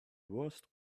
worst